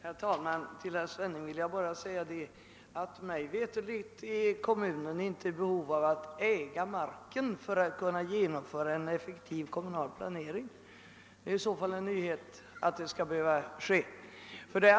Herr talman! Till herr Svenning vill jag bara säga att mig veterligt är en kommun inte i behov av att äga marken för att kunna genomföra en effektiv kommunal planering av bostadsbyggandet. Det är i så fall en nyhet.